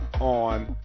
on